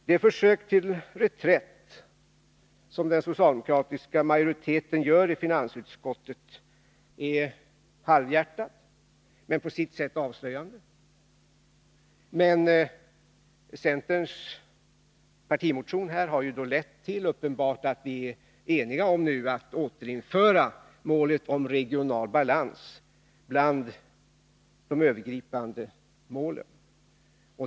Det försök till reträtt som den socialdemokratiska majoriteten gör i finansutskottet är halvhjärtat, men på sitt sätt avslöjande. Men centerns partimotion har uppenbarligen lett till att vi nu är eniga om att återinföra målet om regional balans bland de övergripande målen.